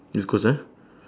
east coast ah